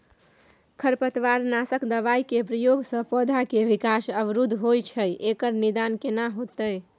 खरपतवार नासक दबाय के प्रयोग स पौधा के विकास अवरुध होय छैय एकर निदान केना होतय?